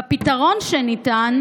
בפתרון שניתן,